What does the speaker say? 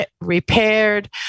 repaired